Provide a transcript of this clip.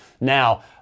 now